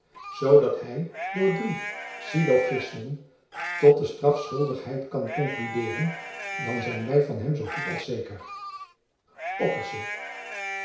zoodat hy door drie syllogismen tot de strafschuldigheid kan konkludeeren dan zijn wy van hem zoo goed als zeker ockerse